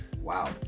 Wow